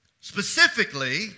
Specifically